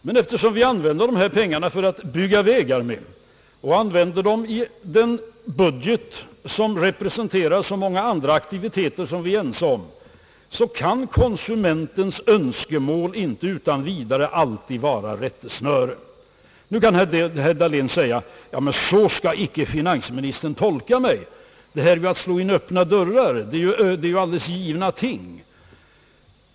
Men eftersom vi använder dessa pengar för att bygga vägar och använder dem i en budget som representerar så många andra aktiviteter som vi är ense om, kan konsu Allmänpolitisk debatt mentens önskemål inte utan vidare alltid vara rättesnöre. Nu kan herr Dahlén säga, att så skall inte finansministern tolka mig. Finansministerns resonemang är ju att slå in öppna dörrar; det är alldeles givna ting.